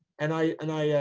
and i, and i